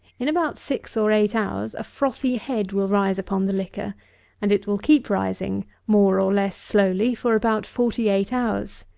in about six or eight hours, a frothy head will rise upon the liquor and it will keep rising, more or less slowly, for about forty-eight hours.